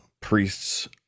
priests